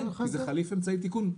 כן, כי זה חליף אמצעי תיקון.